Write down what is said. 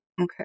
Okay